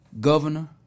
governor